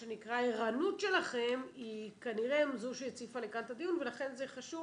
והערנות שלכם היא כנראה זו שהציפה לכאן את הדיון ולכן זה חשוב.